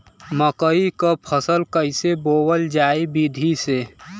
मकई क फसल कईसे बोवल जाई विधि से?